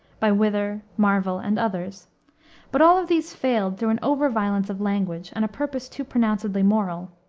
by wither, marvell, and others but all of these failed through an over violence of language, and a purpose too pronouncedly moral.